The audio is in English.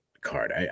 card